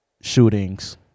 shootings